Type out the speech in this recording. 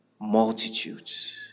Multitudes